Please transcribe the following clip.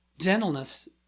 gentleness